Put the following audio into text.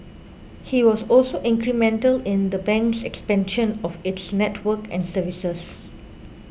he was also incremental in the bank's expansion of its network and services